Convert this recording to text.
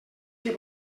que